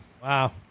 Wow